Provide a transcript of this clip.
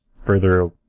further